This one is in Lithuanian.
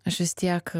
aš vis tiek